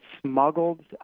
smuggled